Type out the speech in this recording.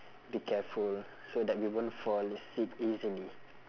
be careful so that we won't fall sick easily